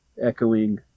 echoing